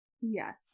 yes